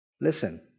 Listen